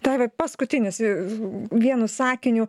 daiva paskutinis vienu sakiniu